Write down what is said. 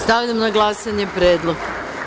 Stavljam na glasanje predlog.